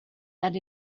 that